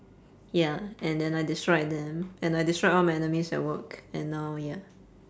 ya and then I destroyed them and I destroyed all my enemies at work and now ya